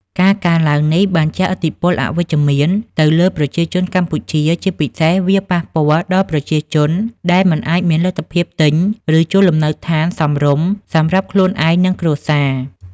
ការកើនឡើងនេះបានជះឥទ្ធិពលអវិជ្ជមានទៅលើប្រជាជនកម្ពុជា ជាពិសេសវាប៉ះពាល់ដល់ប្រជាជនដែលមិនអាចមានលទ្ធភាពទិញ ឬជួលលំនៅឋានសមរម្យសម្រាប់ខ្លួនឯង និងគ្រួសារ។